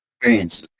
experience